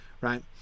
right